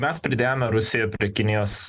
mes pridėjome rusiją prie kinijos